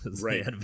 Right